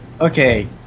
Okay